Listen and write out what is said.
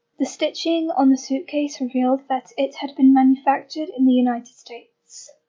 the stitching on the suitcase revealed that it had been manufactured in the united states.